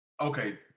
Okay